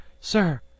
Sir